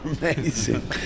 amazing